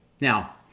Now